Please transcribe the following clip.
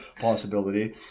possibility